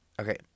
Okay